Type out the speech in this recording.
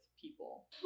people